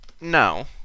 no